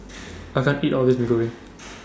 I can't eat All of This Mee Goreng